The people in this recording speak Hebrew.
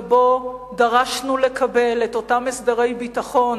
ודרשנו לקבל את אותם הסדרי ביטחון,